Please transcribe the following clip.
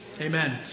amen